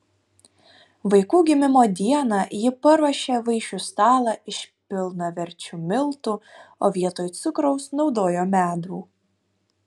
vaikų gimimo dieną ji paruošė vaišių stalą iš pilnaverčių miltų o vietoj cukraus naudojo medų